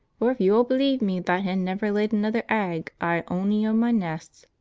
for if yo'll believe me that hen never laid another egg i' ony o' my nests.